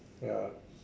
ya